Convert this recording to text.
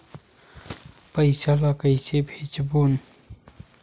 पईसा ला कइसे भेजबोन?